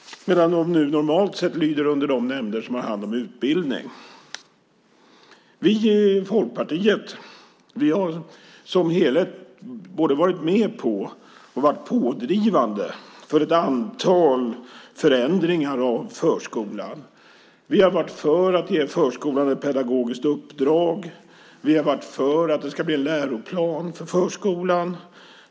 Nu lyder den normalt sett under de nämnder som har hand om utbildning. Vi i Folkpartiet har som helhet både varit med på och pådrivande för ett antal förändringar av förskolan. Vi har varit för att ge förskolan ett pedagogiskt uppdrag. Vi har varit för en läroplan för förskolan.